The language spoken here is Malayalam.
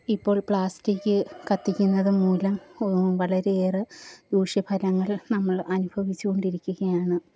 ഇപ്പോൾ പ്ലാസ്റ്റിക്ക് കത്തിക്കുന്നതു മൂലം വളരെയേറെ ദൂഷ്യഫലങ്ങൾ നമ്മൾ അനുഭവിച്ച് കൊണ്ടിരിക്കുകയാണ്